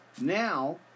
Now